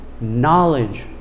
knowledge